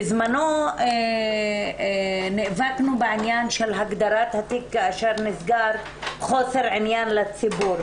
בזמנו נאבקנו בעניין של הגדרת התיק כאשר נסגר חוסר עניין לציבור.